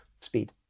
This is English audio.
speed